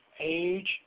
Age